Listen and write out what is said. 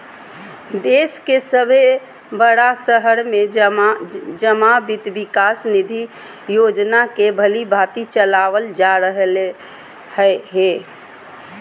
देश के सभे बड़ा शहर में जमा वित्त विकास निधि योजना के भलीभांति चलाबल जा रहले हें